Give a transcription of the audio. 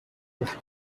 griff